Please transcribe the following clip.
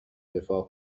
دفاع